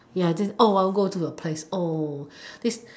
ya then I want to go to a